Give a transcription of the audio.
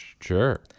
Sure